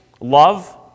love